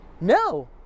No